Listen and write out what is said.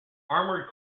armored